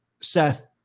Seth